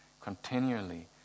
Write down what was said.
continually